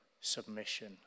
submission